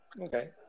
okay